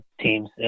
teams